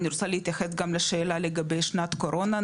אני רוצה גם להתייחס גם לשאלה לגבי שנת קורונה,